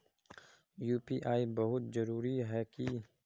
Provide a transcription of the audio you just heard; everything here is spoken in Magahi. यु.पी.आई बहुत जरूरी है की?